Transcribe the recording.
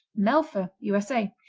melfa u s a.